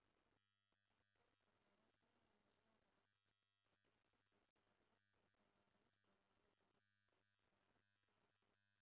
एकर अलावे ई योजना राज्य कें कृषि आ संबद्ध क्षेत्र मे निवेश बढ़ावे लेल प्रोत्साहित करै छै